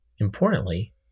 Importantly